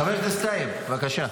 חבר הכנסת טייב, בבקשה.